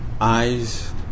eyes